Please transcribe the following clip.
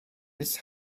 miss